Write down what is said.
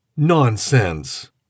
nonsense